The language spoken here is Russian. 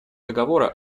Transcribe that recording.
договора